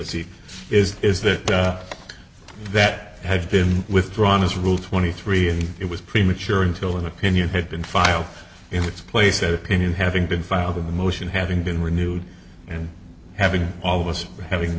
to see it is is that that had been withdrawn his rule twenty three and it was premature until an opinion had been filed in its place that opinion having been filed a motion having been renewed and having all of us having